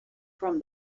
from